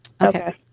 okay